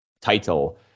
title